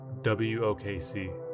WOKC